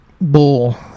Bull